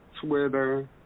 Twitter